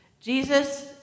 Jesus